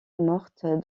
morte